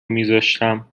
میذاشتم